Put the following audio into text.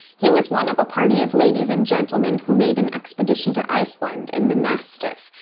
he was one of a party of ladies and gentlemen who made an expedition to iceland in the mastiff,